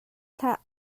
hlah